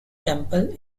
temple